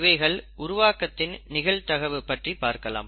இவைகள் உருவாக்குவதின் நிகழ்தகவு பற்றி பார்க்கலாம்